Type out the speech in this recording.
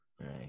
Right